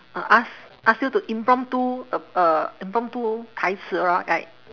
uh ask ask you to impromptu uh uh impromptu 台词：tai ci right